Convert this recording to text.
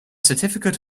certificate